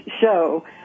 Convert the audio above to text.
show